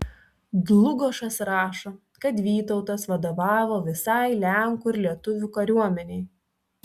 dlugošas rašo kad vytautas vadovavo visai lenkų ir lietuvių kariuomenei